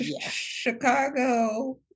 chicago